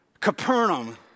Capernaum